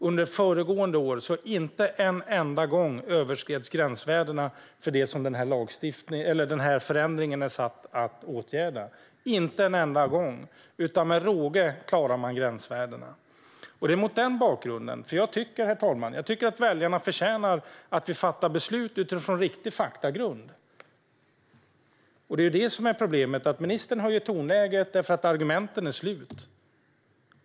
Under föregående år överskreds inte gränsvärdena en enda gång för det som förändringen är satt att åtgärda - inte en enda gång - utan man klarade gränsvärdena med råge. Jag tycker mot denna bakgrund att väljarna förtjänar att vi fattar beslut utifrån riktig faktagrund. Det är detta som är problemet. Ministern har ett tonläge utifrån att argumenten är slut.